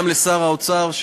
גם לשר האוצר,